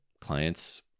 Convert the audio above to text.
Clients